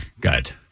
good